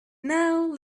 now